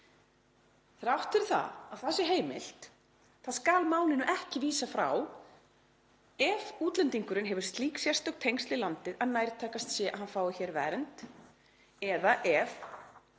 Þrátt fyrir að það sé heimilt skal málinu ekki vísað frá ef útlendingurinn hefur slík sérstök tengsl við landið að nærtækast sé að hann fái hér vernd; eða